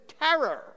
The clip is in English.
terror